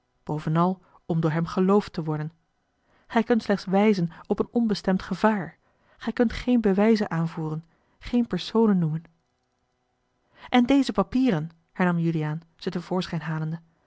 bovenal om door hem beroofd te worden gij kunt slechts wijzen op een onbea l g bosboom-toussaint de delftsche wonderdokter eel stemd gevaar gij kunt geene bewijzen aanvoeren geen personen noemen en deze papieren hernam juliaan ze te voorschijn halende